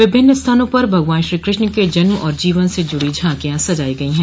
विभिन्न स्थानों पर भगवान श्रीकृष्ण के जन्म और जीवन से जुड़ी झांकियां सजाई गयी हैं